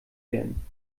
werden